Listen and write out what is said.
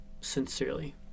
Sincerely